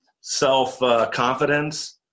self-confidence